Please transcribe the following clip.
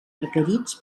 requerits